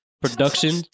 Production